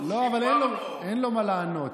לא, אבל אין לו מה לענות.